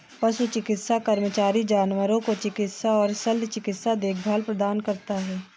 पशु चिकित्सा कर्मचारी जानवरों को चिकित्सा और शल्य चिकित्सा देखभाल प्रदान करता है